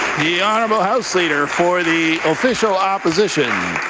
the honourable house leader for the official opposition.